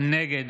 נגד